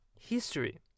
History